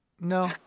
No